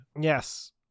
Yes